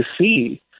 see